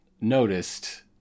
noticed